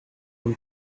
when